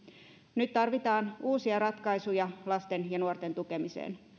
nyt tarvitaan uusia ratkaisuja lasten ja nuorten tukemiseen